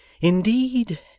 Indeed